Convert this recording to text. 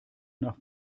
nach